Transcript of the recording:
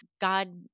God